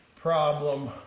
problem